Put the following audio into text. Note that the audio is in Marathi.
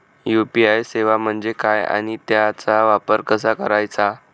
यू.पी.आय सेवा म्हणजे काय आणि त्याचा वापर कसा करायचा?